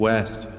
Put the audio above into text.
West